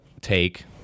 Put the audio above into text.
take